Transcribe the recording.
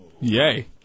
Yay